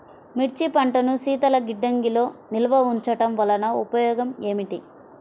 మిర్చి పంటను శీతల గిడ్డంగిలో నిల్వ ఉంచటం వలన ఉపయోగం ఏమిటి?